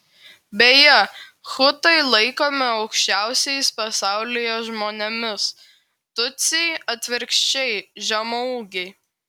beje hutai laikomi aukščiausiais pasaulyje žmonėmis tutsiai atvirkščiai žemaūgiai